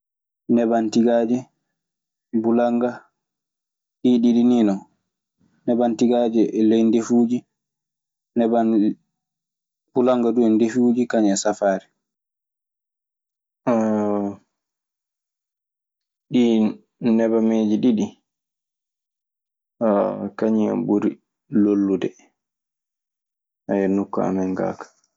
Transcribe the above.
Nebam tigaje, bulamga, ɗi diɗɗi ni non. Nebam tigaje ley ndefujiɗi bulamga dum e ndefuji kanium e safare. ɗiin nebameeji ɗiɗi, kañum en ɓuri lollude nokku amin ga kay.